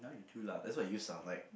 true lah that's what youths are like